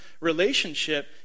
relationship